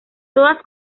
todas